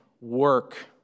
work